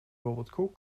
bijvoorbeeld